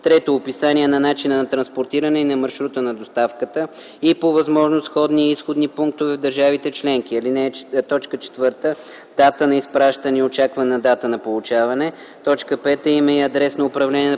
3. описание на начина на транспортиране и на маршрута на доставката и, по възможност, входни и изходни пунктове в държавите членки; 4. дата на изпращане и очаквана дата на получаване; 5. име и адрес на управление на